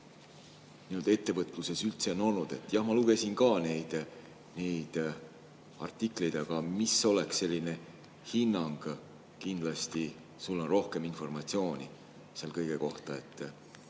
ettevõtluses on üldse olnud? Jah, ma lugesin ka neid artikleid, aga mis oleks selline hinnang? Kindlasti sul on rohkem informatsiooni selle kõige kohta.